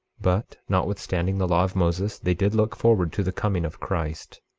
but notwithstanding the law of moses, they did look forward to the coming of christ,